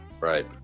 right